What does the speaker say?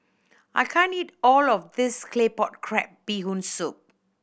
I can't eat all of this Claypot Crab Bee Hoon Soup